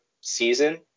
season